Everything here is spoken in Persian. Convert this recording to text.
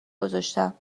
گذاشتم